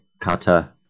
cutter